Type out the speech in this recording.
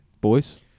Boys